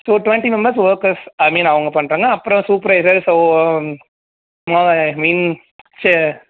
so twenty members workers I mean அவங்க பண்ணுறாங்க அப்புறம் சூப்பர்வைசர் ஸோ ஐ மீன் செ